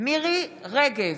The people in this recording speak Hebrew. מירי מרים רגב,